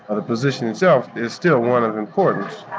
ah the position itself is still one of importance. i